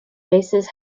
basses